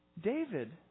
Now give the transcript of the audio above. David